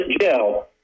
jail